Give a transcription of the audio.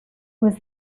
was